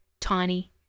Tiny